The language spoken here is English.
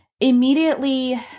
immediately